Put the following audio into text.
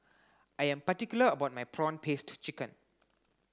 I am particular about my prawn paste chicken